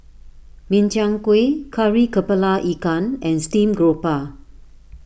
Min Chiang Kueh Kari Kepala Ikan and Stream Grouper